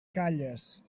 calles